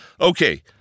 Okay